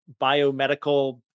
biomedical